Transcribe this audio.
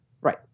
right